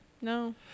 No